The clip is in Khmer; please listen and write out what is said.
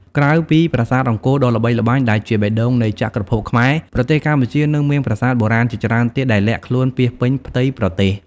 ក្រៅពីប្រាសាទអង្គរដ៏ល្បីល្បាញ ដែលជាបេះដូងនៃចក្រភពខ្មែរ ប្រទេសកម្ពុជានៅមានប្រាសាទបុរាណជាច្រើនទៀតដែលលាក់ខ្លួនពាសពេញផ្ទៃប្រទេស។